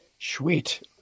sweet